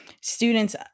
students